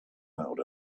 out